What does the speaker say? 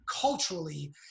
culturally